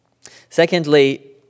Secondly